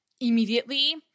immediately